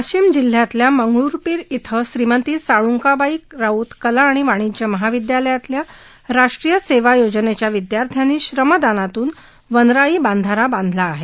वाशिम जिल्ह्यातील मंगरुळपीर ध्वं श्रीमती साळुकाबाई राऊत कला आणि वाणिज्य महाविद्यालयातल्या राष्ट्रीय सेवा योजनेच्या विद्यार्थ्यांनी श्रमदानातून वनराई बधारा बांधला आहे